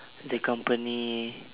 the company